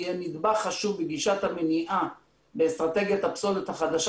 יהיה נדבך חשוב בגישת המניעה באסטרטגיית הפסולת החדשה